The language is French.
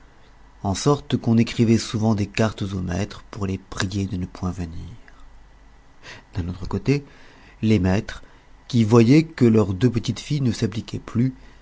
ensorte qu'on écrivait souvent des cartes aux maîtres pour les prier de ne point venir d'un autre côté les maîtres qui voyaient que les deux petites filles ne s'appliquaient plus